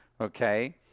Okay